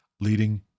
leading